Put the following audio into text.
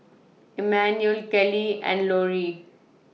Emmanuel Keli and Lorri